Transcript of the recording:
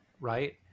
Right